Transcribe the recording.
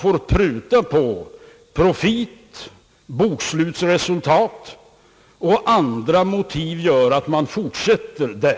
för att pruta på profit och bokslutsresultat, eftersom det finns andra motiv för att fortsätta verksamheten.